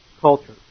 culture